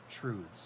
truths